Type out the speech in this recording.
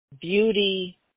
beauty